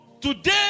today